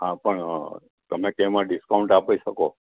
હા પણ તમે તેમાં ડિસ્કાઉન્ટ આપી શકો